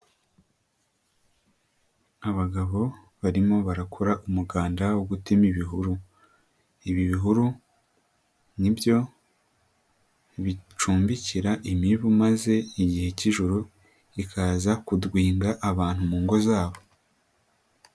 Abagabo barimo barakora umuganda wo gutema ibihuru, ibi bihuru ni byo bicumbikira imibu maze igihe cy'ijoro ikaza kudwinga abantu mu ngo zabo.